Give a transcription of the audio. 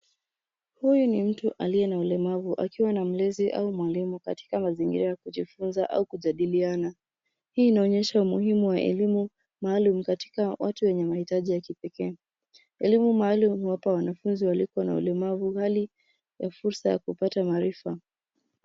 Huyu ni mtu aliyena ulemavu akiwa na mlezi au mwalimu katika mazingira ya kujifunza au kujadiliana. Hii inaonyesha umuhimu wa elimu maalum katika watu wenye mahitaji ya kipekee. Elimu maalum huwapa wanafunzi waliko na ulemavu hali na fursa ya kupata marifa.